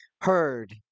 heard